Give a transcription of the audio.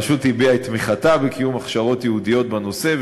הרשות הביעה את תמיכתה בקיום הכשרות ייעודיות בנושא,